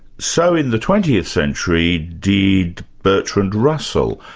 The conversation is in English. so in the twentieth century, did bertrand russell.